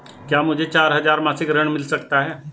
क्या मुझे चार हजार मासिक ऋण मिल सकता है?